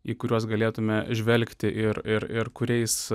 į kuriuos galėtume žvelgti ir ir ir kuriais